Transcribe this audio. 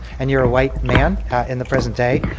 and you're a white man in the present day,